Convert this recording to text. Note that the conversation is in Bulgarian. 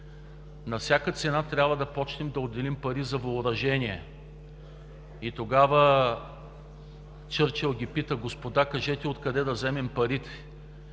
на всяка цена трябва да отделим пари за въоръжение.“ Тогава Чърчил ги пита: „Господа, кажете откъде да вземем парите?“,